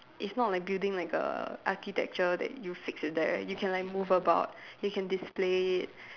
it's not like building like a architecture that you fix it there you can like move about you can display it